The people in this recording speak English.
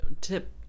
Tip